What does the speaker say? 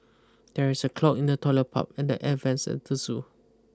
there is a clog in the toilet pipe and the air vents at the zoo